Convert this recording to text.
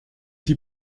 die